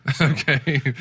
Okay